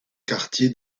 quartiers